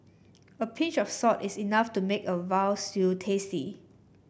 a pinch of salt is enough to make a veal stew tasty